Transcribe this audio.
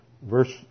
Verse